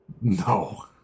No